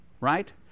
right